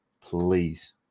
please